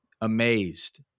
amazed